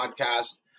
podcast